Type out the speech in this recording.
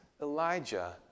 Elijah